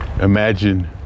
Imagine